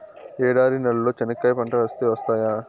ఎడారి నేలలో చెనక్కాయ పంట వేస్తే వస్తాయా?